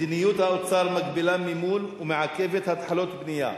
מדיניות האוצר מגבילה מימון ומעכבת התחלות בנייה.